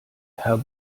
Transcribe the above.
herr